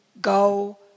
go